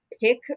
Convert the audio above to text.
pick